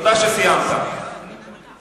פמיניזם מתקפל שאבד עליו כלח.